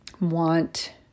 want